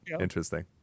Interesting